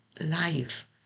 life